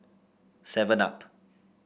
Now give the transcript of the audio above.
Seven Up